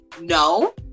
no